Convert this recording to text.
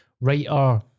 writer